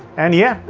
and yeah,